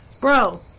bro